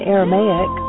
Aramaic